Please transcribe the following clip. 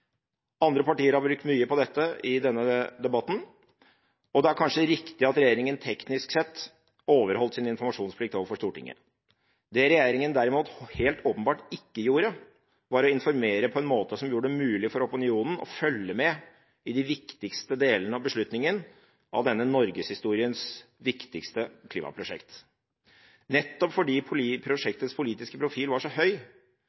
Andre partier har brukt mye tid på dette i denne debatten, og det er kanskje riktig at regjeringen teknisk sett overholdt sin informasjonsplikt overfor Stortinget. Det regjeringen derimot helt åpenbart ikke gjorde, var å informere på en måte som gjorde det mulig for opinionen å følge med i de viktigste delene av beslutningen av norgeshistoriens viktigste klimaprosjekt. Nettopp fordi prosjektets politiske profil var så høy,